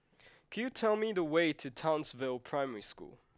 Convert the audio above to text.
could you tell me the way to Townsville Primary School